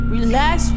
Relax